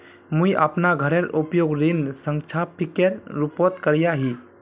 मुई अपना घोरेर उपयोग ऋण संपार्श्विकेर रुपोत करिया ही